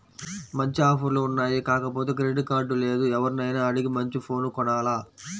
మంచి ఆఫర్లు ఉన్నాయి కాకపోతే క్రెడిట్ కార్డు లేదు, ఎవర్నైనా అడిగి మంచి ఫోను కొనాల